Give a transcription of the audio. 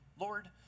Lord